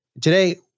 Today